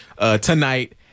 tonight